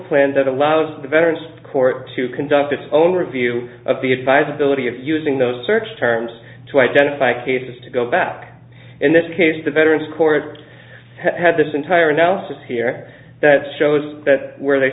plan that allows the veterans court to conduct its own review of the advisability of using those search terms to identify cases to go back in this case the veterans court had this entire analysis here that shows where they